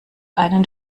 einen